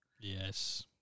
Yes